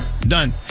Done